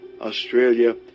Australia